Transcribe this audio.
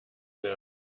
mehr